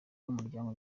n’umuryango